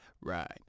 Right